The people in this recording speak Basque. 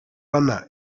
lana